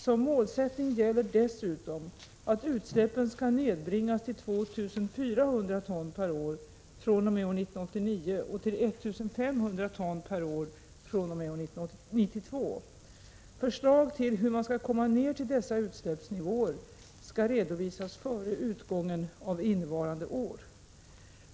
Som målsättning gäller dessutom att utsläppen skall nedbringas till 2 400 ton år fr.o.m. år 1992. Förslag till hur man skall komma ned till dessa utsläppsnivåer skall redovisas före utgången av innevarande år.